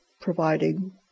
providing